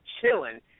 chilling